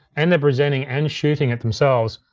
and they're presenting and shooting it themselves.